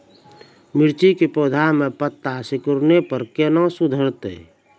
मिर्ची के पौघा मे पत्ता सिकुड़ने पर कैना सुधरतै?